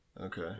Okay